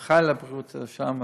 אחראי לבריאות שלהם,